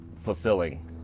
fulfilling